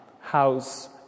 house